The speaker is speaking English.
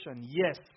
yes